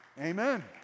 Amen